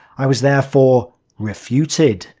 i was therefore refuted.